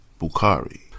Bukhari